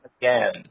again